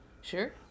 Sure